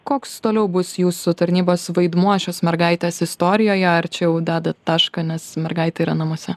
koks toliau bus jūsų tarnybos vaidmuo šios mergaitės istorijoje ar čia jau dedat tašką nes mergaitė yra namuose